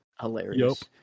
Hilarious